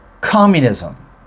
communism